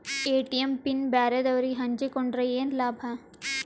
ATM pin ಬ್ಯಾರೆದವರಗೆ ಹಂಚಿಕೊಂಡರೆ ಏನು ಲಾಭ?